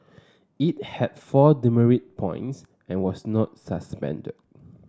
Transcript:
it had four demerit points and was not suspended